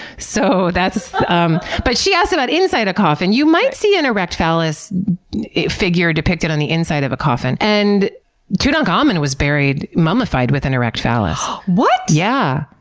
so um but, she asks about inside a coffin. you might see an erect phallus figure depicted on the inside of a coffin. and tutankhamun was buried mummified with an erect phallus. what! yeah.